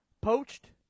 poached